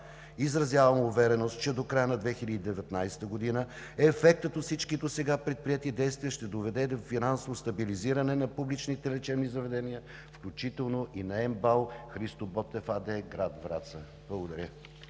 Изразявам увереност, че до края на 2019 г. ефектът от всички досега предприети действия ще доведе до финансово стабилизиране на публичните лечебни заведения, включително и на МБАЛ „Христо Ботев“ АД – град Враца. Благодаря.